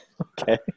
Okay